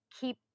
keep